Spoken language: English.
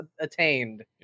attained